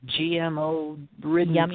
GMO-ridden